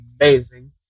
amazing